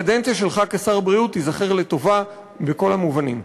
הקדנציה שלך כשר הבריאות תיזכר לטובה בכל המובנים.